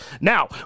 Now